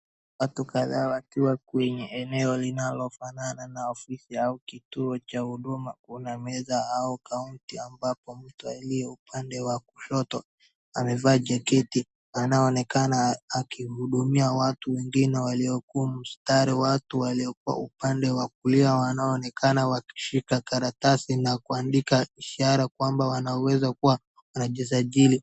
Watu kadha wakiwa kwa eneo linalo fanana na ofisi au kituo cha huduma. Kuna meza au kaunti ambapo mtu ni upande wa kushoto ambapo amevaa jaketi anaonekana akihudumia watu wengine waliokumstari .Watu waliokuwa upande wa kulia wanaonekana wakishika karatasi na kuandika ishara kuwa wanaweza kujisajili.